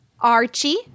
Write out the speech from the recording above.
Archie